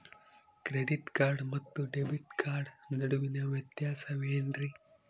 Credit card ಮತ್ತು debit card ನಡುವಿನ ವ್ಯತ್ಯಾಸ ವೇನ್ರೀ?